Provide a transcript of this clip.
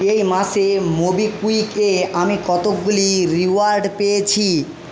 এই মাসে মোবিকুইক এ আমি কতকগুলি রিওয়ার্ড পেয়েছি